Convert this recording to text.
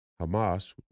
Hamas